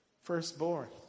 Firstborn